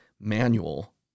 manual